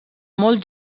molt